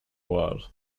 world